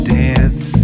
dance